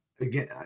Again